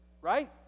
right